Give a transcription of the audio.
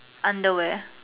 under where